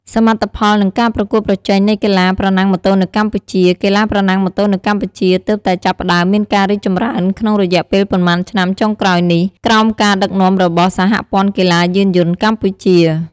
សមិទ្ធផល និងការប្រកួតប្រជែងនៃកីឡាប្រណាំងម៉ូតូនៅកម្ពុជា កីឡាប្រណាំងម៉ូតូនៅកម្ពុជាទើបតែចាប់ផ្តើមមានការរីកចម្រើនក្នុងរយៈពេលប៉ុន្មានឆ្នាំចុងក្រោយនេះ ក្រោមការដឹកនាំរបស់ សហព័ន្ធកីឡាយានយន្តកម្ពុជា។